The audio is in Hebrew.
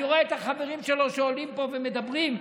אני רואה את החברים שלו שעולים פה ומדברים פה,